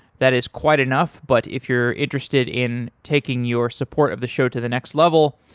that is quite enough, but if you're interested in taking your support of the show to the next level,